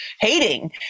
hating